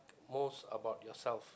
most about yourself